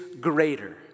greater